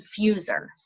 diffuser